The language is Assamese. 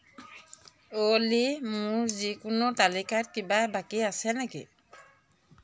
অ'লি মোৰ যিকোনো তালিকাত কিবা বাকী আছে নেকি